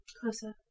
closer